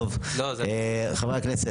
חברי הכנסת,